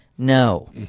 No